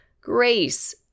grace